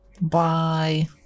Bye